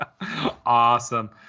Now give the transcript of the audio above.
Awesome